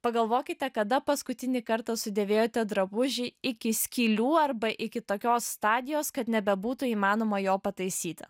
pagalvokite kada paskutinį kartą sudėvėjote drabužį iki skylių arba iki tokios stadijos kad nebebūtų įmanoma jo pataisyti